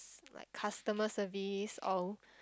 like customer service or